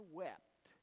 wept